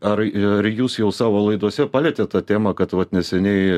ar ir jūs jau savo laidose palietėt tą temą kad vat neseniai